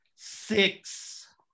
Six